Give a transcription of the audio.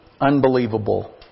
unbelievable